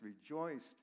rejoiced